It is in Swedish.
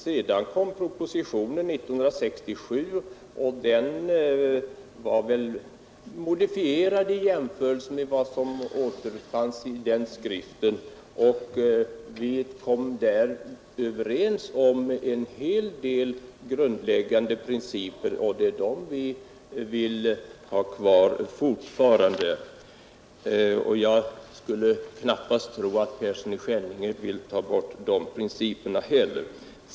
Sedan kom propositionen år 1967, som var modifierad i jämförelse med vad som återfanns i den skriften. Vi var överens om en hel del grundläggande principer, och det är de principerna vi fortfarande vill ha kvar. Jag skulle knappast tro att herr Persson i Skänninge heller vill ta bort de principerna.